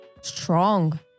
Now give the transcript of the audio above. strong